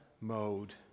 mode